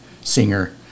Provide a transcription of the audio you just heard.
singer